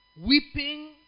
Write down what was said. Weeping